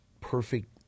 perfect